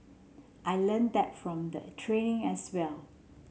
I learnt that from the training as well